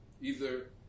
either-